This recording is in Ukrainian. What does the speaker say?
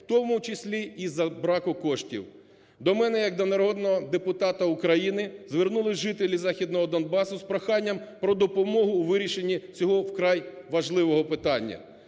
в тому числі, і з-за браку коштів. До мене, як до народного депутата України, звернулися жителі західного Донбасу з проханням про допомогу у вирішенні цього, вкрай важливого, питання.